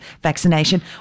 vaccination